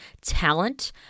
talent